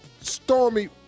Stormy